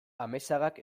amezagak